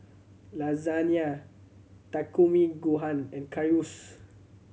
Lasagna Takikomi Gohan and Currywurst